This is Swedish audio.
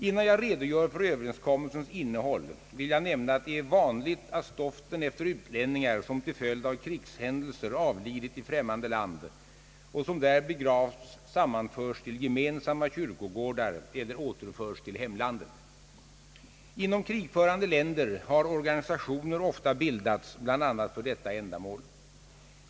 Innan jag redogör för överenskommelsens innehåll vill jag nämna att det är vanligt att stoften efter utlänningar som till följd av krigshändelser avlidit i främmande land och som där begravts sammanförs till gemensamma kyrkogårdar eller återförs till hemlandet. Inom krigförande länder har organisationer ofta bildats bl.a. för detta ändamål.